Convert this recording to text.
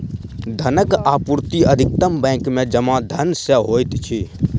धनक आपूर्ति अधिकतम बैंक में जमा धन सॅ होइत अछि